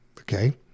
Okay